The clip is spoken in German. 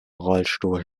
rollstuhl